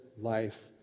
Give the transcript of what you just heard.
life